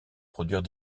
produire